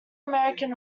american